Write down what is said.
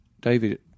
David